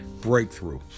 breakthrough